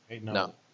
no